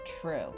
true